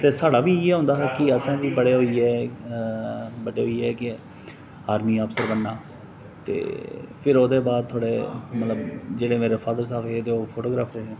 ते साढ़ा बी इ'यै होंदा हा कि असें बी बड्डे होइयै बड्डे होइयै आर्मी अफसर बनना फिर ओह्दे बाद जेल्लै मेरे फादर साह्ब हे